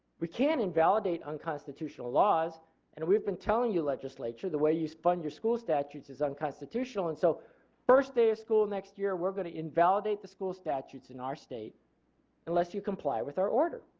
we can invalidate unconstitutional laws and we have been telling you legislature the way you fun to your school statutes is unconstitutional and so first day of school next year we are going to invalidate the school statutes in our state unless you comply with our order.